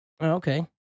Okay